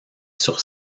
sur